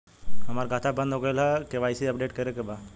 हमार खाता बंद हो गईल ह के.वाइ.सी अपडेट करे के बा?